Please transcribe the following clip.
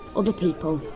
other people.